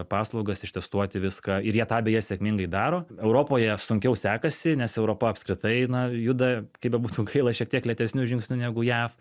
paslaugas ištestuoti viską ir jie tą beje sėkmingai daro europoje sunkiau sekasi nes europa apskritai na juda kaip bebūtų gaila šiek tiek lėtesniu žingsniu negu jav